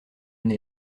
une